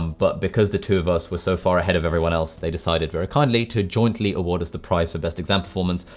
um but because the two of us were so far ahead of everyone else, they decided very kindly to jointly awarded us the prize for best exam performance.